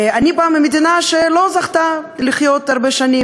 אני באה ממדינה שלא זכתה לחיות הרבה שנים